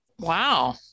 Wow